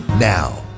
Now